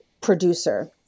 producer